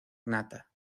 nata